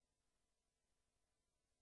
יש עוד שאילתה,